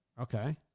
Okay